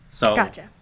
Gotcha